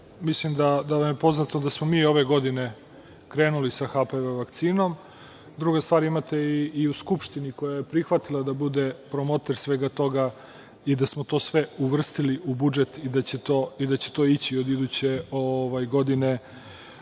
mislim da vam je poznato da smo mi ove godine krenuli sa HPV vakcinom. Druga stvar, imate i u Skupštini koja je prihvatila da bude promoter svega toga i da smo to sve uvrstili u budžet i da će to ići od iduće godine